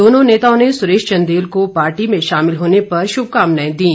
दोनों नेताओं ने सुरेश चंदेल को पार्टी में शामिल होने पर शुभकामनाएं दीं